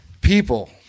People